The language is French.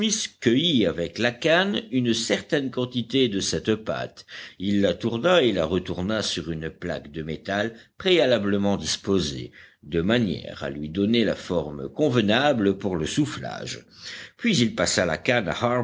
cueillit avec la canne une certaine quantité de cette pâte il la tourna et la retourna sur une plaque de métal préalablement disposée de manière à lui donner la forme convenable pour le soufflage puis il passa la canne